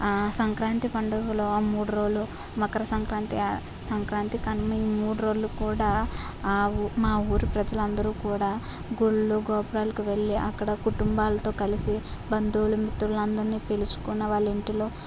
సంక్రాంతి పండుగలో మూడు రోజులు మకర సంక్రాంతి సంక్రాంతి కనుమ ఈ మూడు రోలు కూడా మా ఊరు ప్రజలందరూ కూడా గుళ్ళు గోపురాలకి వెళ్ళి అక్కడ కుటుంబాలతో కలిసి బంధువుల మిత్రులందరిని పిలుచుకున్న వాళ్ళ ఇంటిలో